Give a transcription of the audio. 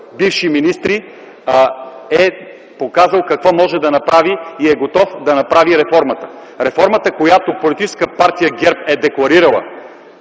бивши министри, е показал какво може да направи и е готов да направи реформата. Реформата, която политическа партия ГЕРБ е декларирала